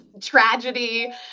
tragedy